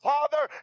Father